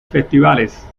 festivales